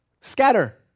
scatter